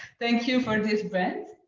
thank you for this brand.